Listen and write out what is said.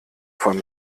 von